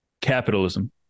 Capitalism